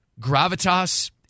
gravitas